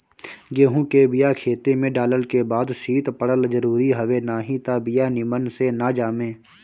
गेंहू के बिया खेते में डालल के बाद शीत पड़ल जरुरी हवे नाही त बिया निमन से ना जामे